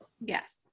Yes